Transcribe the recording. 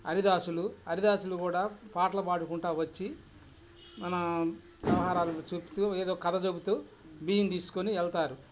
హరిదాసులు అరిదాసులు కూడా పాటలు పాడుకుంటూ వచ్చి మన వ్యవహారాలు చెపుతూ ఏదో కథ చెపుతూ బియ్యం తీసుకొని వెళ్తారు